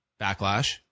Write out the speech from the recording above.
backlash